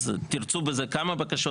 אז תרצו בזה כמה בקשות,